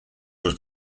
was